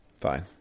fine